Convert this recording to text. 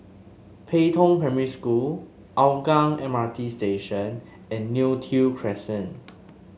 Pei Tong Primary School Hougang M R T Station and Neo Tiew Crescent